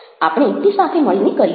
આપણે તે સાથે મળીને કરીશું